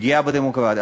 פגיעה בדמוקרטיה.